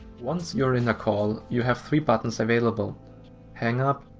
once you're in a call you have three buttons available hang up,